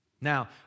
Now